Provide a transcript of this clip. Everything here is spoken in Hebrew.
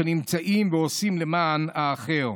שנמצאים ועושים למען האחר.